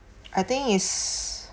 I think is